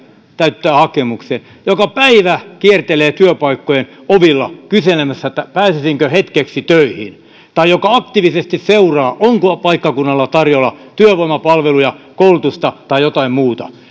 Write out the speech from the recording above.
täyttää hakemuksen joka päivä kiertelee työpaikkojen ovilla kyselemässä että pääsisinkö hetkeksi töihin tai joka aktiivisesti seuraa onko paikkakunnalla tarjolla työvoimapalveluja koulutusta tai jotain muuta